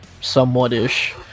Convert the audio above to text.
somewhat-ish